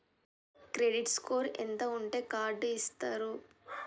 Credit score ఎంత ఉంటే card ఇస్తారు?